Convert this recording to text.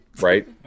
right